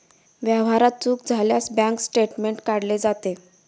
व्यवहारात चूक झाल्यास बँक स्टेटमेंट काढले जाते